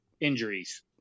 injuries